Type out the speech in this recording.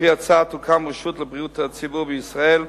על-פי ההצעה תוקם רשות לבריאות הציבור בישראל,